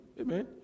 amen